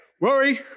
Worry